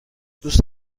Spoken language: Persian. دوست